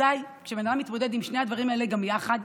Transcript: אזי כשאדם מתמודד עם שני הדברים האלה גם יחד,